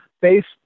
based